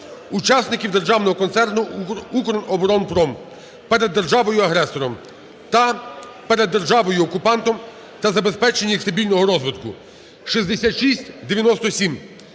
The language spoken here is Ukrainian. учасників Державного концерну "Укроборонпром" перед державою-агресором та перед державою окупантом та забезпечення їх стабільного розвитку (6697).